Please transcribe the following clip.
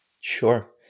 Sure